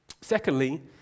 Secondly